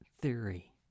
theory